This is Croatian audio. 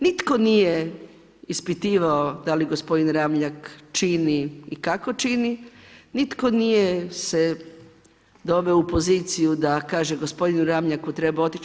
Nitko nije ispitivao da li gospodin Ramljak čini i kako čini, nitko se nije doveo u poziciju da kaže gospodinu Ramljaku treba otić.